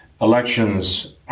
elections